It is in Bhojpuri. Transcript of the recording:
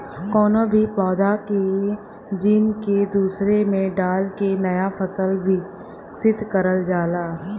कउनो भी पौधा के जीन के दूसरे में डाल के नया फसल विकसित करल जाला